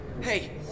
Hey